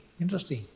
interesting